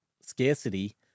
scarcity